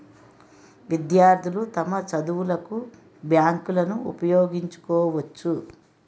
విద్యార్థులు తమ చదువులకు బ్యాంకులను ఉపయోగించుకోవచ్చు